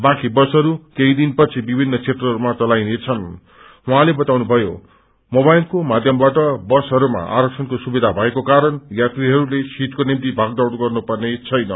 बाँकी बसहरू केही दिनपछि विभिन्न क्षेत्रहरूमा चिलाइनेछन् उहाँले बताउनुभयो मोवाइलको माध्यमवाट बसहरूको आरक्षणको सुविधा भएको कारण यात्रीहरूले सीटको निम्ति भागदौड़ गर्नु पर्ने छैन